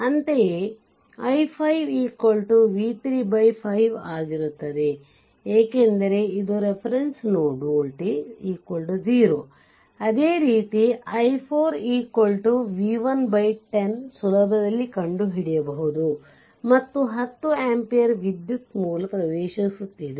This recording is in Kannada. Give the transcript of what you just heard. ಅಂತೆಯೇ i5 v 3 5 ಆಗಿರುತ್ತದೆ ಏಕೆಂದರೆ ಇದು ರೆಫರೆನ್ಸ್ ನೋಡ್ ವೋಲ್ಟೇಜ್0 ಅದೇ ರೀತಿ i4 v1 10 ಸುಲಭದಲ್ಲಿ ಕಂಡು ಹಿಡಿಯಬಹುದು ಮತ್ತು 10 ampere ವಿದ್ಯುತ್ ಮೂಲ ಪ್ರವೇಶಿಸುತ್ತಿದೆ